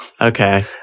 Okay